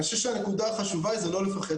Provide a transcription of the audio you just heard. אני חושב שהנקודה החשובה זה לא לפחד.